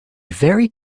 very